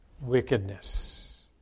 wickedness